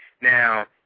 Now